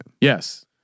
Yes